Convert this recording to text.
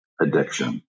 addiction